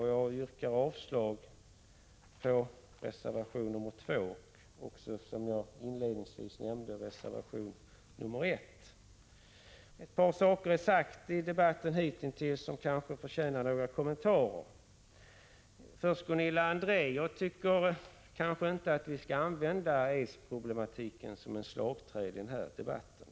Jag yrkar avslag på reservation 2 och, som jag inledningsvis nämnde, på reservation 1. Ett par saker har sagts i debatten som kanske förtjänar några kommentarer. Först till Gunilla André. Jag tycker att vi kanske inte skall använda aidsproblematiken som ett slagträ i den här debatten.